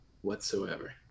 whatsoever